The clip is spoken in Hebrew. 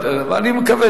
אני מקווה